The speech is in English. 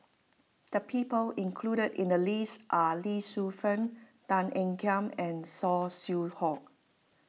the people included in the list are Lee Shu Fen Tan Ean Kiam and Saw Swee Hock